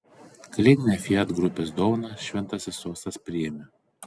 kalėdinę fiat grupės dovaną šventasis sostas priėmė